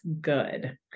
good